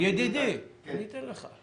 ידידי, אני אתן לך.